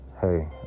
hey